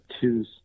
two